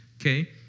Okay